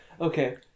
Okay